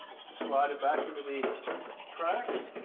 slide it back into the tracks